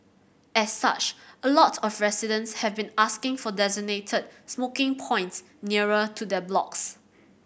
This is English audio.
as such a lot of residents have been asking for designated smoking points nearer to their blocks